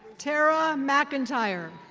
tara macintire.